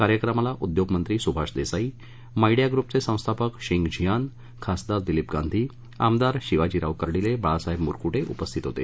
कार्यक्रमाला उद्योगमंत्री सुभाष देसाई मायडीया ग्रुपचे संस्थापक शींग झिआन खासदार दिलीप गांधी आमदार शिवाजीराव कर्डीले बाळासाहेब मुरकुटे उपस्थित होते